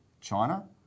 China